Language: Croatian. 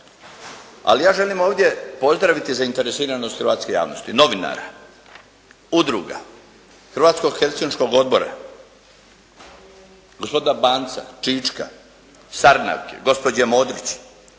Ali ja želim ovdje pozdraviti zainteresiranost hrvatske javnosti, novinara, udruga, Hrvatskog Helsinškog odbora gospodina Banca, Čička, Sarnavke, gospođe Modrić